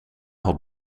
had